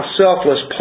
selfless